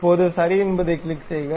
இப்போது சரி என்பதைக் கிளிக் செய்க